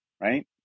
Right